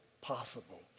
possible